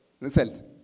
result